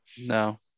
No